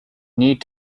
need